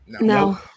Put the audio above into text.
No